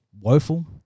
woeful